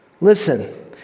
Listen